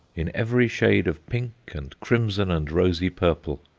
in every shade of pink and crimson and rosy purple.